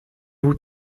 vous